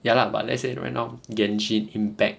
ya lah but let's say right now gan chin impact